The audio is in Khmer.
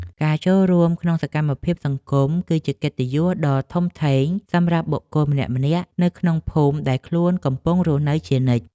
ការចូលរួមក្នុងសកម្មភាពសង្គម គឺជាកិត្តិយសដ៏ធំធេងសម្រាប់បុគ្គលម្នាក់ៗនៅក្នុងភូមិដែលខ្លួនកំពុងរស់នៅជានិច្ច។